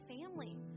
family